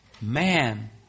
man